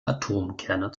atomkerne